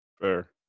Fair